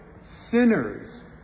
sinners